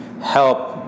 help